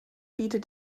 bietet